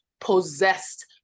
possessed